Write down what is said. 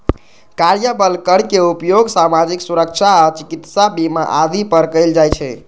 कार्यबल कर के उपयोग सामाजिक सुरक्षा आ चिकित्सा बीमा आदि पर कैल जाइ छै